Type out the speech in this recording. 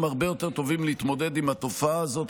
הרבה יותר טובים להתמודד עם התופעה הזאת,